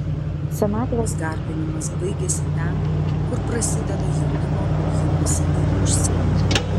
senatvės garbinimas baigiasi ten kur prasideda jaunimo ujimas į užsienį